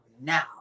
now